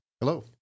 Hello